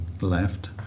left